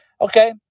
Okay